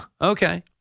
okay